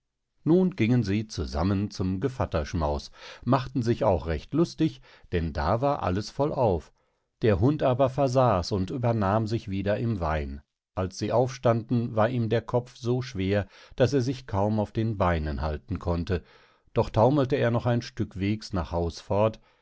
nun gingen sie zusammen zum gevatterschmaus machten sich auch recht lustig denn da war alles vollauf der hund aber versahs und übernahm sich wieder im wein als sie aufstanden war ihm der kopf so schwer daß er sich kaum auf den beinen erhalten konnte doch taumelte er noch ein stück wegs nach haus fort